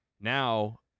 now